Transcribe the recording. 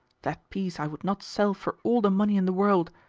that piece i would not sell for all the money in the world.